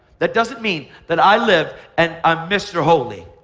that doesn't mean that i live and i'm mr. holy.